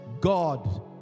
God